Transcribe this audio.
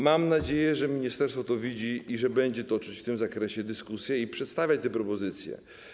Mam nadzieję, że ministerstwo to widzi i że będzie toczyć w tym zakresie dyskusję i przedstawiać te propozycje.